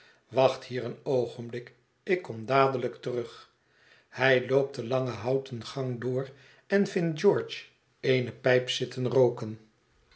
wacht hier een oogenblik ik kom dadelijk terug hij loopt den langen houten gang door en vindt george eene pijp zitten rooken